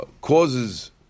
causes